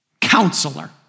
counselor